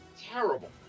terrible